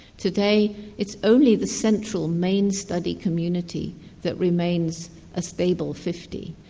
today it's only the central main study community that remains a stable fifty.